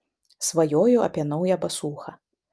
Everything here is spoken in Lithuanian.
svajoju apie naują basūchą